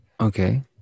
Okay